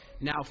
Now